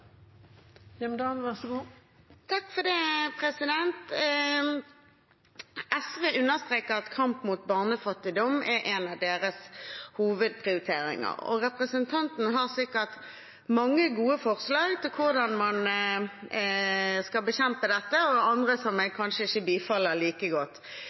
en av deres hovedprioriteringer, og representanten har sikkert mange gode forslag til hvordan man skal bekjempe dette, og andre som jeg kanskje ikke bifaller like